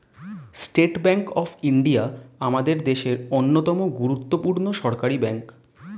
state Bank of India আমাদের দেশের অন্যতম গুরুত্বপূর্ণ সরকারি ব্যাঙ্ক